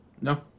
No